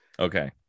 Okay